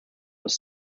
was